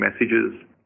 messages